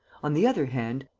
on the other hand,